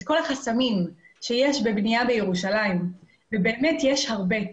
את כל החסמים שיש בבנייה בירושלים ובאמת יש הרבה.